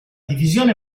divisione